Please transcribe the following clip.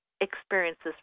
experiences